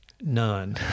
None